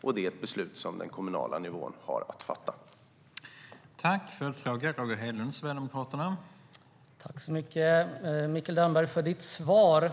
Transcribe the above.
Det är ett beslut man har att fatta på den kommunala nivån.